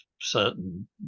certain